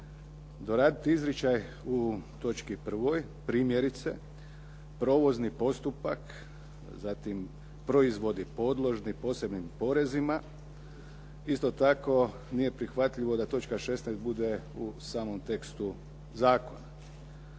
doraditi izričaju u točki 1. primjerice provozni postupak, proizvodi podložni posebnim porezima. Isto tako nije prihvatljivo da točka 16. bude u samom tekstu zakona.